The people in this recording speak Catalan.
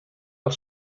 els